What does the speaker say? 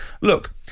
Look